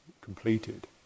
completed